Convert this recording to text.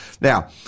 Now